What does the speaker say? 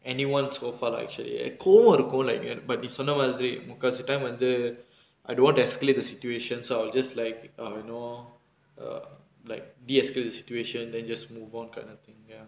anyone so far lah actually கோவோ இருக்கு:kovo irukku like ya but நீ சொன்ன மாதிரி முக்காவாசி:nee sonna maathiri mukkaavasi time வந்து:vanthu I don't want to escalate the situation so I will just like err you know err like de-escalate the situation then you just move on kind of thing ya